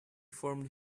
formed